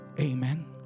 Amen